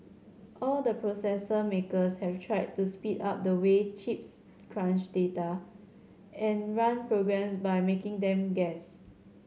all the processor makers have tried to speed up the way chips crunch data and run programs by making them guess